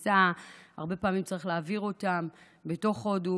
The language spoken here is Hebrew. הרבה פעמים צריך להעביר אותם בתוך הודו